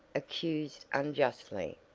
accused unjustly!